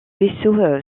vaisseau